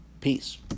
Peace